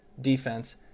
defense